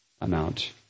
amount